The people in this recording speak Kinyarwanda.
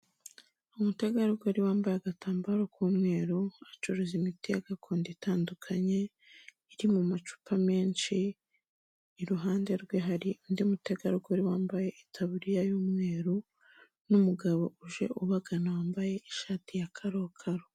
Umutegarugori wambaye agatambaro k'umweru acuruza imiti gakondo itandukanye iri mu macupa menshi, iruhande rwe hari undi mutegarugori wambaye itaburiya y'umweru n'umugabo uje ubagana wambaye ishati ya karokaro.